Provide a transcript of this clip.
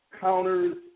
counters